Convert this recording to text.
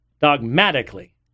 dogmatically